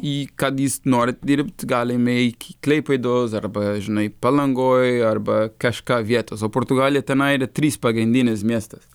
į kad jis norit dirbt galime iki klaipėdos arba žinai palangoj arba kažką vietos o portugalė tenai yra trys pagrindinis miestas